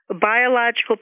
biological